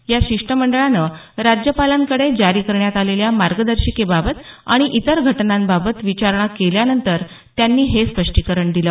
या शिष्टमंडळानं राज्यपालांकडे जारी करण्यात आलेल्या मार्गदर्शिकेबाबत आणि इतर घटनांबाबत विचारणा केल्यानंतर त्यांनी हे स्पष्टीकरण दिलं